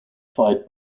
fight